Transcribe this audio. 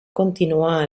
continuar